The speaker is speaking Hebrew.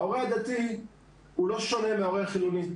ההורה הדתי לא שונה מההורה החילוני.